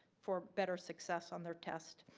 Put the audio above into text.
for better success on their test.